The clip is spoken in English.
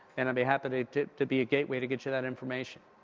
and i'll be happy to to be a gateway to get you that information.